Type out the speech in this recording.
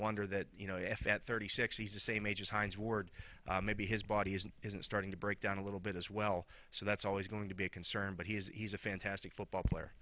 wonder that you know if at thirty six he's the same age as hines ward maybe his body isn't isn't starting to break down a little bit as well so that's always going to be a concern but he's a fantastic football player